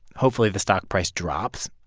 hopefully, the stock price drops.